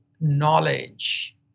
knowledge